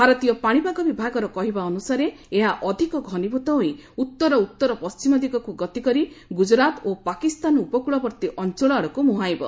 ଭାରତୀୟ ପାଣିପାଗ ବିଭାଗର କହିବା ଅନୁସାରେ ଏହା ଅଧିକ ଘନିଭୂତ ହୋଇ ଉତ୍ତର ଉତ୍ତର ପଶ୍ଚିମ ଦିଗକୁ ଗତି କରି ଗୁଜରାତ ଓ ପାକିସ୍ତାନ ଉପକୂଳବର୍ତ୍ତୀ ଅଞ୍ଚଳ ଆଡ଼କୁ ମୁହାଁଇବ